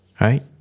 Right